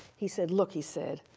he said, look, he said,